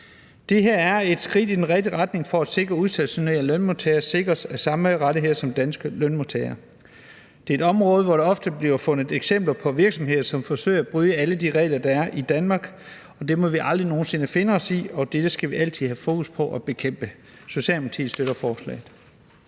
Det her er et skridt i den rigtige retning for at sikre, at udstationerede lønmodtagere sikres samme rettigheder som danske lønmodtagere. Det er et område, hvor der ofte bliver fundet eksempler på virksomheder, som forsøger at bryde de regler, der er i Danmark. Det må vi aldrig nogen sinde finde os i, og det skal vi altid have fokus på at bekæmpe. Socialdemokratiet støtter forslaget.